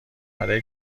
برای